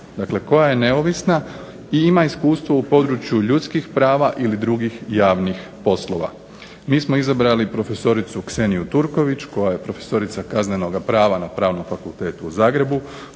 dakle koja je neovisna i ima iskustva u području ljudskih prava ili drugih javnih poslova. Mi smo izabrali profesoricu Kseniju Turković koja je profesorica kaznenog prava na Pravnom fakultetu u Zagrebu